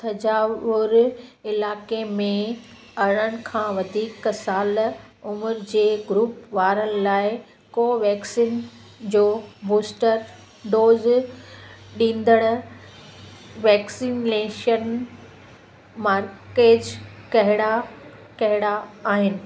थजावुर इलाइक़े में अरिड़नि खां वधीक साल उमिरि जे ग्रुप वारनि लाइ कोवैक्सीन जो बूस्टर डोज़ ॾींदड़ वैक्सीनेशन मर्कज़ कहिड़ा कहिड़ा आहिनि